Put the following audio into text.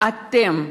אתם,